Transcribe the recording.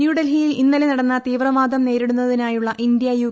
ന്യൂഡൽഹിയിൽ ഇന്നലെ നടന്ന തീവ്രവാദം നേരിടുന്നതിനായുള്ള് ഇന്ത്യ യു